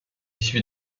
suit